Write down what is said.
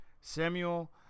Samuel